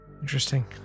interesting